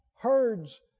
herds